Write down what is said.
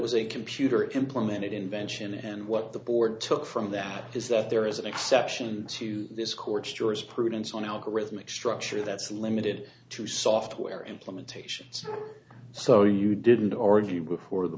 was a computer implemented invention and what the board took from that is that there is an exception to this court's jurisprudence on algorithmic structure that's limited to software implementations so you didn't already before the